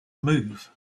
move